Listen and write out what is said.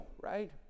right